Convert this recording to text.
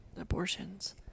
abortions